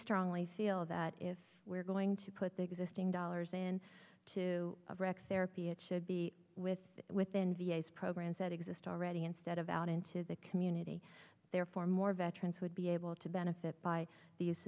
strongly feel that if we're going to put the existing dollars in to rex therapy it should be with within v a s programs that exist already instead of out into the community therefore more veterans would be able to benefit by the